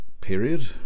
period